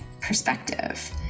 Perspective